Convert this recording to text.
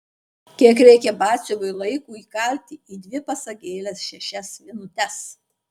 kiek reikia batsiuviui laiko įkalti į dvi pasagėles šešias vinutes